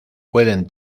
pueden